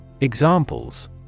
Examples